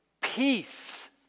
peace